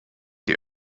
die